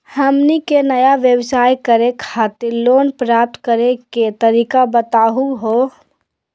हमनी के नया व्यवसाय करै खातिर लोन प्राप्त करै के तरीका बताहु हो?